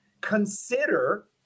Consider